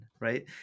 right